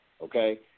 Okay